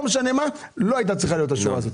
לא משנה מה, לא הייתה צריכה להיות.